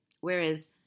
whereas